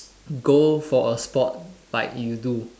go for a sport like you do